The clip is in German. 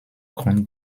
grund